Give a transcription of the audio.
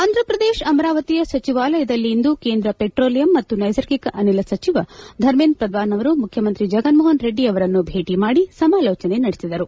ಆಂಧ್ರಪ್ರದೇಶ ಅಮರಾವತಿಯ ಸಚಿವಾಲಯದಲ್ಲಿಂದು ಕೇಂದ್ರ ಪೆಟ್ರೋಲಿಯಂ ಮತ್ತು ನೈಸರ್ಗಿಕ ಅನಿಲ ಸಚಿವ ಧಮೇಂದ್ರ ಪ್ರಧಾನ್ ಅವರು ಮುಖ್ಯಮಂತ್ರಿ ಜಗನ್ಮೋಹನ್ ರೆಡ್ಡಿ ಅವರನ್ನು ಭೇಟ ಮಾಡಿ ಸಮಾಲೋಚನೆ ನಡೆಸಿದರು